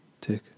tick